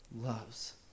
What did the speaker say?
loves